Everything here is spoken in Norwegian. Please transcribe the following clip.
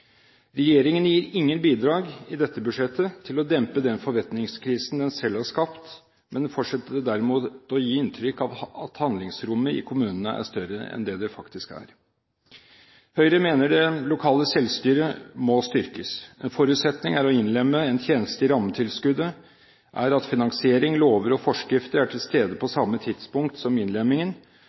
Regjeringen gir ingen bidrag i dette budsjettet til å dempe den forventningskrisen den selv har skapt, men fortsetter derimot å gi inntrykk av at handlingsrommet i kommunene er større enn det det faktisk er. Høyre mener det lokale selvstyret må styrkes. En forutsetning for å innlemme en tjeneste i rammetilskuddet er at finansiering, lover og forskrifter er til stede på samme tidspunkt som innlemmingen,